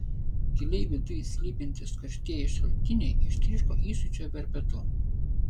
giliai viduj slypintys karštieji šaltiniai ištryško įsiūčio verpetu